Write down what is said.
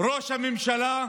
ראש הממשלה,